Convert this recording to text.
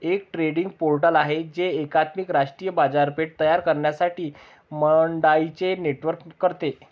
एक trading portal आहे जे एकात्मिक राष्ट्रीय बाजारपेठ तयार करण्यासाठी मंडईंचे नेटवर्क करते